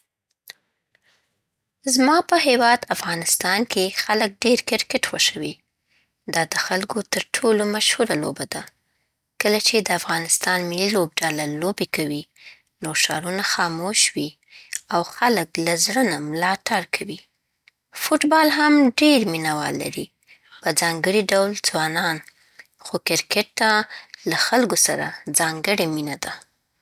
زما په هېواد افغانستان کې خلک ډېر کرکټ خوښوي. دا د خلکو تر ټولو مشهوره لوبه ده کله چې د افغانستان ملي لوبډله لوبې کوي، نو ښارونه خاموش وي، او خلک له زړه نه ملاتړ کوي. فوتبال هم ډېر مینوال لري، په ځانګړي ډول ځوانان، خو کرکټ ته له خلکو سره ځانګړې مینه ده.